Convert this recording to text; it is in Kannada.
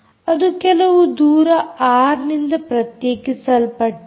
ಅದು ಕೆಲವು ದೂರ ಆರ್ ನಿಂದ ಪ್ರತ್ಯೇಕಿಸಲ್ಪಟ್ಟಿದೆ